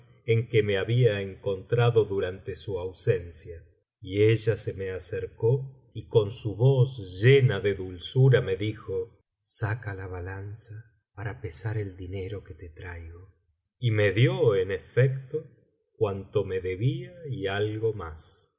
en que me había encontrado durante su ausencia y ella se me acercó v con su voz llena de dulzura me dijo saca la balanza para pesar el dinero que te traigo y me dio en efecto cuanto me debía y algo más